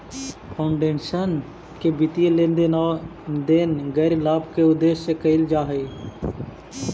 foundation के वित्तीय लेन देन गैर लाभ के उद्देश्य से कईल जा हई